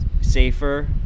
safer